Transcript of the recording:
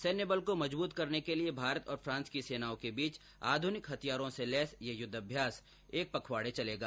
सैन्य बल को मजबूत करने के लिए भारत और फ्रांस की र्सेनाओं के बीच आधुनिक हथियारों से लैस यह युद्धाभ्यास पखवाड़े भर चलेगा